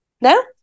No